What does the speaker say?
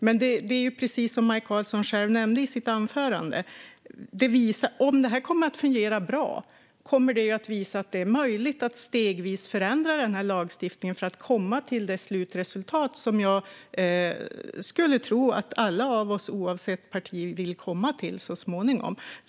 Det är precis som Maj Karlsson själv nämnde i sitt anförande: Om detta fungerar bra kommer det att visa att det är möjligt att stegvis förändra den här lagstiftningen, för att komma till det slutresultat som jag skulle tro att alla av oss, oavsett parti, vill komma till så småningom.